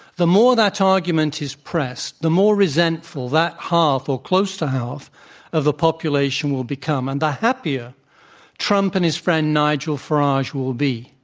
the more that argument is pressed, the more resentful that half or close to half of the population will become and the happier trump and his friend nigel farage will be.